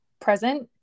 present